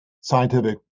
scientific